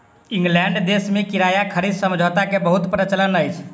England देश में किराया खरीद समझौता के बहुत प्रचलन अछि